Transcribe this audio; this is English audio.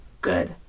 Good